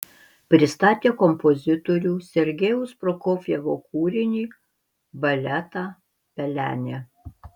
pristatė kompozitorių sergejaus prokofjevo kūrinį baletą pelenė